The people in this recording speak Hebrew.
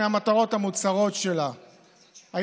ואחת מהמטרות המוצהרות שלה הייתה,